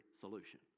solution